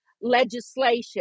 legislation